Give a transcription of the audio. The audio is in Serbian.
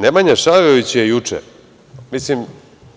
Nemanja Šarović je juče, mislim,